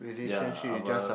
ya above